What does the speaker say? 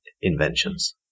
inventions